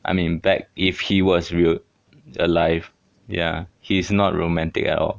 I mean impact if he was real alive ya he's not romantic all